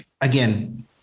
again